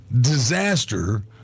disaster